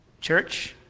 Church